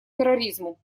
терроризму